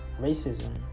racism